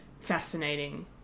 fascinating